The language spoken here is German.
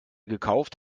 gekauft